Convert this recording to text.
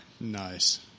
Nice